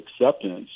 acceptance